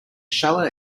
shallow